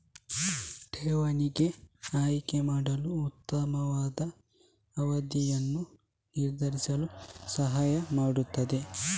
ಠೇವಣಿಗೆ ಆಯ್ಕೆ ಮಾಡಲು ಉತ್ತಮವಾದ ಅವಧಿಯನ್ನು ನಿರ್ಧರಿಸಲು ಸಹಾಯ ಮಾಡುತ್ತದೆ